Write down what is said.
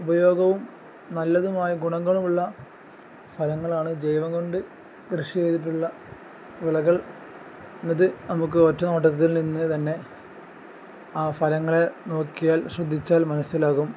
ഉപയോഗവും നല്ലതുമായ ഗുണങ്ങളുമുള്ള ഫലങ്ങളാണ് ജൈവം കൊണ്ട് കൃഷി ചെയ്തിട്ടുള്ള വിളകൾ എന്നത് നമുക്ക് ഒറ്റ നോട്ടത്തിൽ നിന്ന് തന്നെ ആ ഫലങ്ങളെ നോക്കിയാൽ ശ്രദ്ധിച്ചാൽ മനസ്സിലാകും